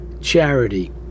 charity